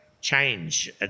change